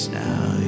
now